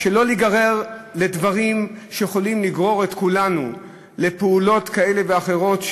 שלא ניגרר לדברים שיכולים לגרור את כולנו לפעולות כאלה ואחרות,